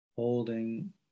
holding